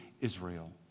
Israel